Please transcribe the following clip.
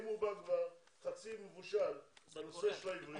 אם הוא בא כבר חצי מבושל בנושא של העברית